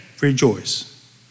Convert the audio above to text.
rejoice